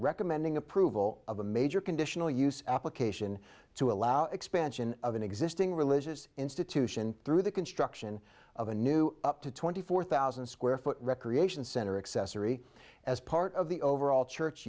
recommending approval of a major conditional use application to allow expansion of an existing religious institution through the construction of a new up to twenty four thousand square foot recreation center accessory as part of the overall church